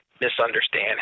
misunderstand